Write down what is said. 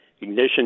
ignition